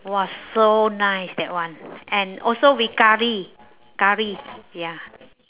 !wah! so nice that one and also with curry curry ya